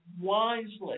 wisely